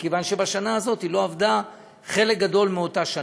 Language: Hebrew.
מכיוון שבשנה הזאת היא לא עבדה חלק גדול מהשנה.